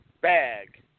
bag